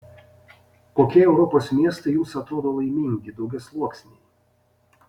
kokie europos miestai jums atrodo laimingi daugiasluoksniai